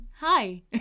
Hi